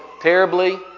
terribly